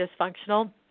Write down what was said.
dysfunctional